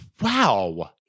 Wow